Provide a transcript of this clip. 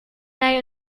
jij